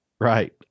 Right